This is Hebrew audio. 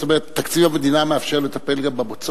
זאת אומרת, תקציב המדינה מאפשר לטפל גם בבוצות?